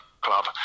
club